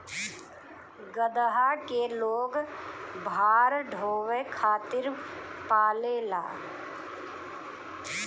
गदहा के लोग भार ढोवे खातिर पालेला